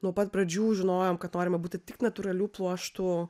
nuo pat pradžių žinojom kad norime būti tik natūralių pluoštų